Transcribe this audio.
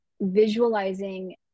visualizing